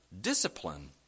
discipline